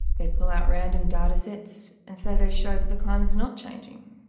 they pull out random data sets and say they show that the climate is not changing.